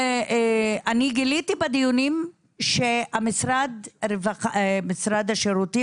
אני גיליתי בדיונים שהמשרד לשירותים